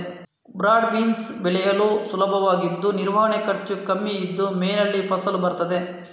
broad beans ಬೆಳೆಯಲು ಸುಲಭವಾಗಿದ್ದು ನಿರ್ವಹಣೆ ಖರ್ಚು ಕಮ್ಮಿ ಇದ್ದು ಮೇನಲ್ಲಿ ಫಸಲು ಬರ್ತದೆ